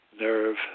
nerve